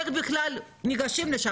איך בכלל ניגשים לשם.